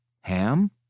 Ham